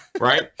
Right